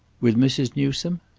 with mrs. newsome?